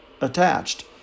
attached